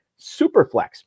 Superflex